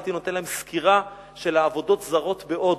הייתי נותן להם סקירה של העבודות-זרות בהודו,